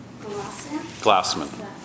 Glassman